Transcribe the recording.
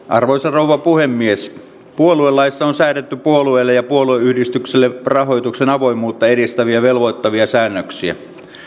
arvoisa rouva puhemies puoluelaissa on säädetty puolueille ja puolueyhdistyksille rahoituksen avoimuutta edistäviä velvoittavia säännöksiä